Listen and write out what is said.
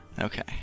okay